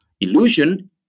illusion